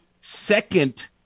second